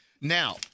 Now